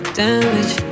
damage